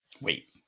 Wait